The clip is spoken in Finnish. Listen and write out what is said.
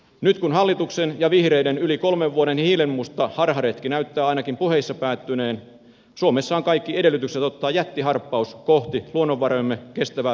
nyt kun hallituksen ja vihreiden yli kolmen vuoden hiilenmusta harharetki näyttää ainakin puheissa päättyneen suomessa on kaikki edellytykset ottaa jättiharppaus kohti luonnonvarojemme kestävää hyödyntämistä ja biotaloutta